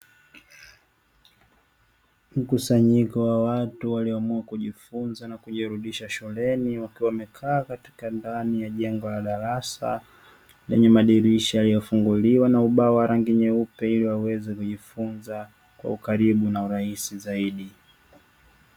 Mkusanyiko wa watu walioamua kujifunza na kujirudisha shuleni, wakiwa wamekaa katika ndani ya jengo la darasa; lenye madirisha yaliyofunguliwa na ubao wa rangi nyeupe, ili waweze kujifunza kwa ukaribu na urahisi zaidi.